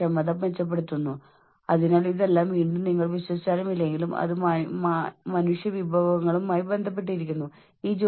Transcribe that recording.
നിങ്ങൾക്കറിയാം സമ്മർദ്ദത്തിന്റെ അളവും അതിനെ നേരിടാനുള്ള നിങ്ങളുടെ കഴിവും അനുസരിച്ച് നിങ്ങൾക്ക് ചില ഉത്കണ്ഠ വൈകല്യങ്ങൾ ഉണ്ടാകാൻ സാധ്യതയുണ്ട്